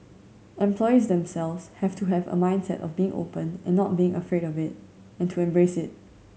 employees themselves have to have a mindset of being open and not being afraid of it and to embrace it